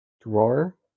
Drawer